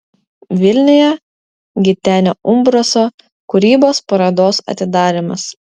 vilniuje gitenio umbraso kūrybos parodos atidarymas